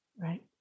Right